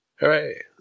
Hooray